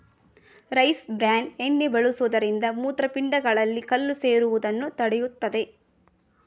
rice bran ಎಣ್ಣೆ ಬಳಸುವುದರಿಂದ ಮೂತ್ರಪಿಂಡಗಳಲ್ಲಿ ಕಲ್ಲು ಸೇರುವುದನ್ನು ತಡೆಯುತ್ತದೆ